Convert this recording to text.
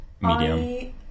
medium